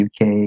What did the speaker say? UK